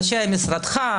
אנשי משרדך,